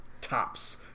tops